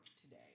today